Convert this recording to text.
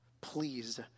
Please